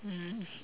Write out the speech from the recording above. mm